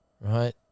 right